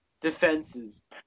defenses